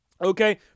Okay